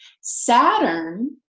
Saturn